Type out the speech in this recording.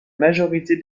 majorité